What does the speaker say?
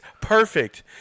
perfect